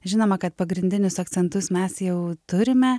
žinoma kad pagrindinius akcentus mes jau turime